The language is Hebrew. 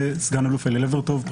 וסגן אלוף אלי לברטוב,